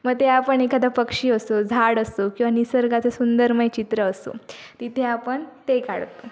मग ते आपण एखादा पक्षी असो झाड असो किंवा निसर्गाचं सुंदरमय चित्र असो तिथे आपण ते काढतो